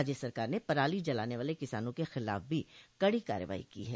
राज्य सरकार ने पराली जलाने वाले किसानों के खिलाफ भी कड़ी कार्रवाई की है